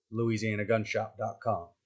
louisianagunshop.com